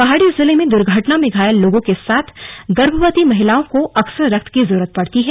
पहाडी जिले में दुघर्टना में घायल लोगों के साथ गर्भवती महिलाओं को अक्सर रक्त की जरूरत पड़ती है